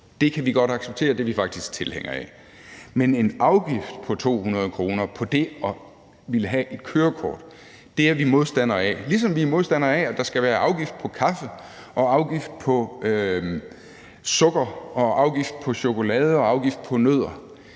Det kan vi godt acceptere, det er vi faktisk tilhængere af. Men en afgift på 200 kr. på det at ville have et kørekort er vi modstandere af, ligesom vi er modstandere af, at der skal være afgift på kaffe og afgift på sukker og afgift på chokolade og afgift på nødder.